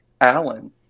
alan